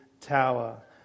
tower